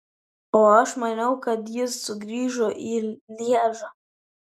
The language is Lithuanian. o aš maniau kad jis sugrįžo į lježą